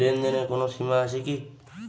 লেনদেনের কোনো সীমা আছে কি?